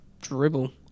dribble